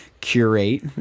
curate